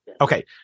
Okay